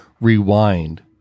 rewind